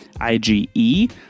IgE